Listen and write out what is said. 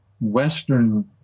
Western